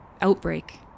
outbreak